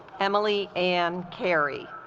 emily and carrie